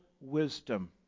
wisdom